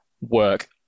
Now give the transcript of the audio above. work